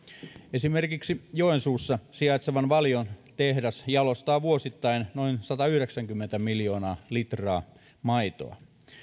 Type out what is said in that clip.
esimerkiksi joensuussa sijaitseva valion tehdas jalostaa vuosittain noin satayhdeksänkymmentä miljoonaa litraa maitoa